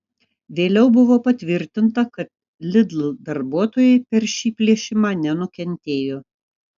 vėliau buvo patvirtinta kad lidl darbuotojai per šį plėšimą nenukentėjo